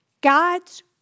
God's